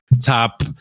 top